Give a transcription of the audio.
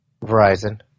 Verizon